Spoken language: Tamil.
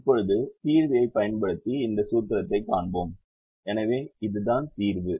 இப்போது தீர்வியைப் பயன்படுத்தி இந்த சூத்திரத்தைக் காண்போம் எனவே இதுதான் தீர்வு